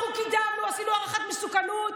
אנחנו קידמנו, עשינו הערכת מסוכנות,